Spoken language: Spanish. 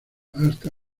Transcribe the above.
hasta